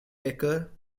decker